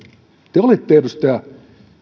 te te olitte edustaja